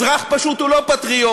אזרח פשוט הוא לא פטריוט?